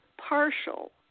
partial